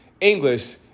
English